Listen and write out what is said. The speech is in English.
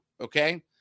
Okay